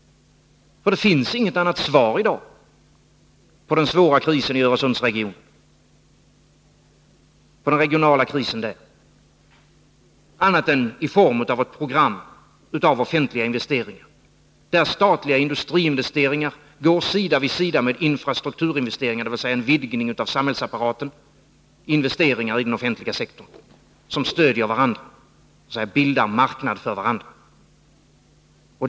Det finns inget annat svar i dag på den svåra regionala krisen i Öresundsregionen än ett program som omfattar offentliga investeringar, varvid statliga industriinvesteringar måste göras parallellt med infrastrukturinvesteringar. Det måste alltså bli en vidgning av samhällsapparaten och investeringar i den offentliga sektorn som stöder varandra och så att säga bildar marknad för varandra.